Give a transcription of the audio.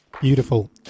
Beautiful